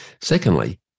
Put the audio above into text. Secondly